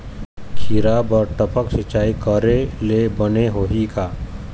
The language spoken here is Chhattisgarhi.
खिरा बर टपक सिचाई करे ले बने होही का?